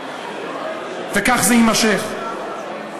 וכך זה יימשך.